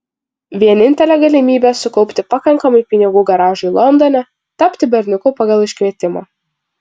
vienintelė galimybė sukaupti pakankamai pinigų garažui londone tapti berniuku pagal iškvietimą